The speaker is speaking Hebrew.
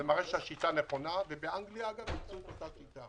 זה מראה שהשיטה נכונה ובאנגליה עושים את אותה שיטה.